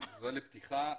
זה לפתיחה.